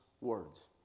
words